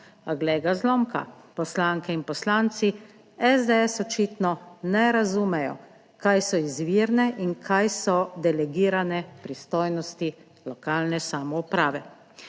A glej ga zlomka, poslanke in poslanci SDS očitno ne razumejo, kaj so izvirne in kaj so delegirane pristojnosti lokalne samouprave.